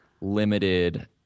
limited